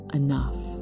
enough